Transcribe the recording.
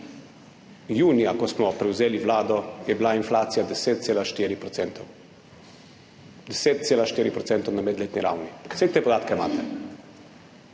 Junija, ko smo prevzeli vlado, je bila inflacija 10,4 %. 10,4 % na medletni ravni. Saj te podatke imate.